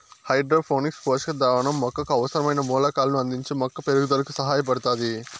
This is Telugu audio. హైడ్రోపోనిక్స్ పోషక ద్రావణం మొక్కకు అవసరమైన మూలకాలను అందించి మొక్క పెరుగుదలకు సహాయపడుతాది